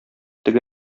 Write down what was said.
теге